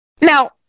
Now